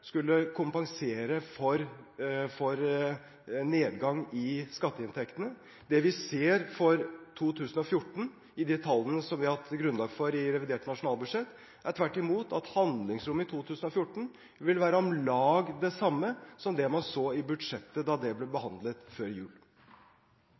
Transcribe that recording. skulle kompensere nedgang i skatteinntektene. Det vi ser for 2014 – i de tallene som vi har lagt til grunn i revidert nasjonalbudsjett – er tvert imot at handlingsrommet i 2014 vil være om lag det samme som det man så i budsjettet da det ble